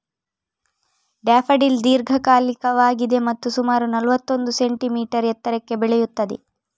daffodil ದೀರ್ಘಕಾಲಿಕವಾಗಿದೆ ಮತ್ತು ಸುಮಾರು ನಲ್ವತ್ತೊಂದು ಸೆಂಟಿಮೀಟರ್ ಎತ್ತರಕ್ಕೆ ಬೆಳೆಯುತ್ತದೆ